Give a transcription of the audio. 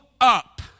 up